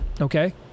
Okay